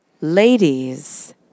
ladies